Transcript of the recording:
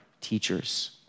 teachers